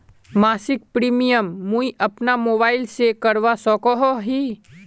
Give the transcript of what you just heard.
मासिक प्रीमियम मुई अपना मोबाईल से करवा सकोहो ही?